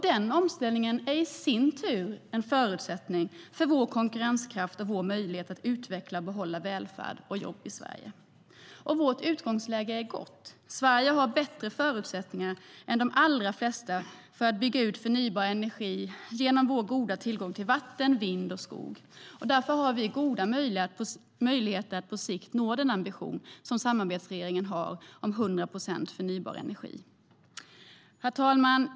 Den omställningen är i sin tur en förutsättning för vår konkurrenskraft och vår möjlighet att utveckla och behålla välfärd och jobb i Sverige. Och vårt utgångsläge är gott. Sverige har bättre förutsättningar än de allra flesta att bygga ut förnybar energi genom vår goda tillgång till vatten, vind och skog. Därför har vi goda möjligheter att på sikt nå den ambition som samarbetsregeringen har om hundra procent förnybar energi. Herr talman!